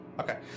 Okay